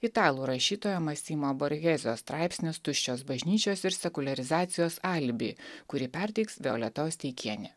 italų rašytojo masimo borhezio straipsnis tuščios bažnyčios ir sekuliarizacijos alibi kurį perteiks violeta osteikienė